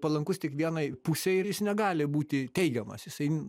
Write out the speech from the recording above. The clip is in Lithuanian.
palankus tik vienai pusei ir jis negali būti teigiamas jisai